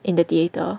in the theatre